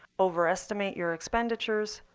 overestimate your expenditures,